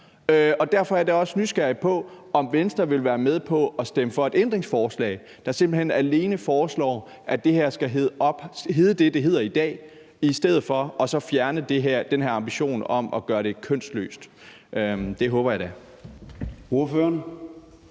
Derfor er jeg da også nysgerrig på, om Venstre vil være med på at stemme for et ændringsforslag, der simpelt hen alene foreslår, at det her skal blive ved med at hedde det, det hedder i dag, og at vi så fjerner den her ambition om at gøre det kønsløst. Det håber jeg da